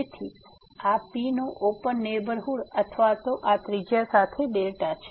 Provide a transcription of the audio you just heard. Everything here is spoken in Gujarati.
તેથી આ P નો ઓપન નેહબરહુડ અથવા આ ત્રિજ્યા સાથે δ છે